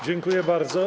Dziękuję bardzo.